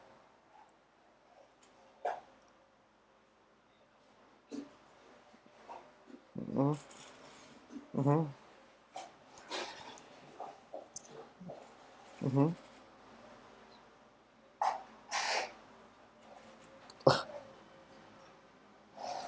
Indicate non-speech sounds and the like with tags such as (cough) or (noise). mmhmm mmhmm (laughs)